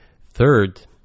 Third